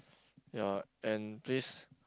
ya and please